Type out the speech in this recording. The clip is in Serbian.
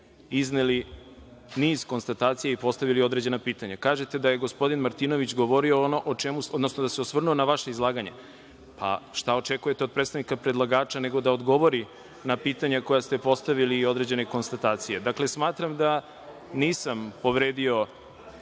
izneli niz konstatacija i postavili određena pitanja. Kažete da se gospodin Martinović osvrnuo na vaše izlaganje. A šta očekujete od predstavnika predlagača nego da odgovori na pitanja koja ste postavili i određene konstatacije? Smatram da nisam povredio